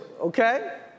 okay